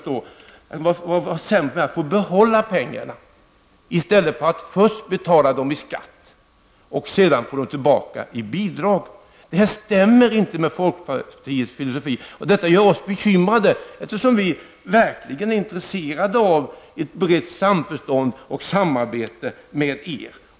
Det måste vara bättre att människor får behålla pengarna i stället för att först betala pengarna i skatt och sedan få dem tillbaka i form av bidrag. Detta stämmer inte med folkpartiets filosofi, och det gör oss bekymrade, eftersom vi verkligen är intresserade av ett brett samförstånd och samarbete med er.